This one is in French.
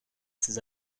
ses